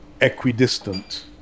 equidistant